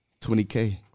20K